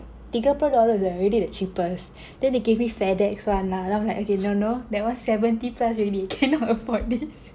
tiga puluh dollar dah already the cheapest then they gave me FedEx [one] lah then I'm like okay no no that one seventy plus already cannot afford this